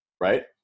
right